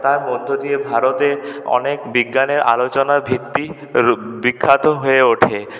তার মধ্য দিয়ে ভারতে অনেক বিজ্ঞানের আলোচনাভিত্তি বিখ্যাত হয়ে ওঠে